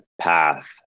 path